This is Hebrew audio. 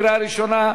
קריאה ראשונה.